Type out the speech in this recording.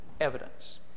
evidence